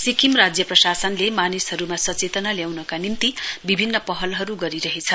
सिक्किम राज्य प्रशासनले मानिसहरूमा सचेतना ल्याउनका निम्ति बिभिन्न पहलहरू गरिरहेछ